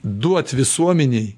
duot visuomenei